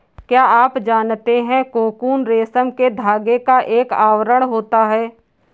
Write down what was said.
क्या आप जानते है कोकून रेशम के धागे का एक आवरण होता है?